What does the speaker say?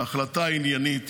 שההחלטה היא עניינית.